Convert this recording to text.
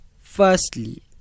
firstly